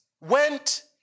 went